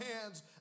hands